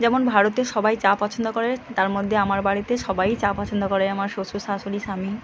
যেমন ভারতে সবাই চা পছন্দ করে তার মধ্যে আমার বাড়িতে সবাইই চা পছন্দ করে আমার শ্বশুর শাশুড়ি স্বামী